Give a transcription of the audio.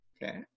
Okay